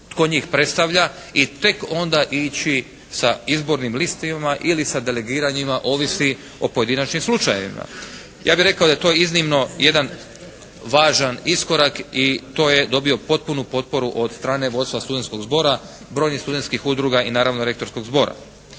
tko njih predstavlja i tek onda ići sa izbornim listama ili sa delegiranjima, ovisi o pojedinačnim slučajevima. Ja bih rekao da je to iznimno jedan važan iskorak i to je dobio potpunu potporu od strane vodstva studentskog zbora, brojnih studentskih udruga i naravno rektorskog zbora.